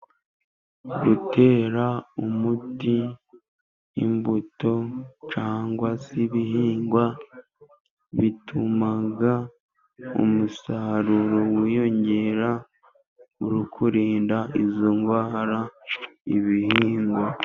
Gutera umuti imbuto cyangwa se ibihingwa, bituma umusaruro wiyongera, uri kurinda izo ndwara ibihingwa.